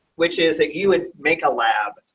which is a you would make a lab.